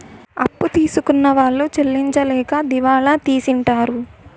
అప్పు తీసుకున్న వాళ్ళు చెల్లించలేక దివాళా తీసింటారు